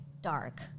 dark